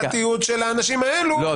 רגע --- פגענו בפרטיות של האנשים האלה --- לא,